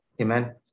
Amen